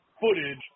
footage